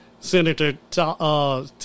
Senator